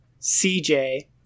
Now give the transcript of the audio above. CJ